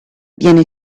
viene